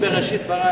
גברתי